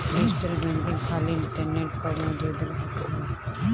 digital banking खाली internet पअ मौजूद रहत हवे